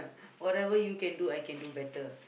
whatever you can do I can do better